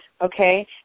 Okay